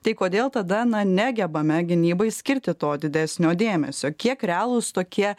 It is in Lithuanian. tai kodėl tada na negebame gynybai skirti to didesnio dėmesio kiek realūs tokie